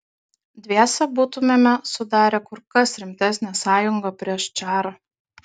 dviese būtumėme sudarę kur kas rimtesnę sąjungą prieš čarą